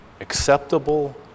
acceptable